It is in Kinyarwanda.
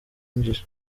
injiji